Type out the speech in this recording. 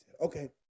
Okay